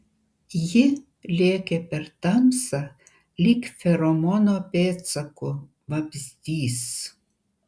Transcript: ji lėkė per tamsą lyg feromono pėdsaku vabzdys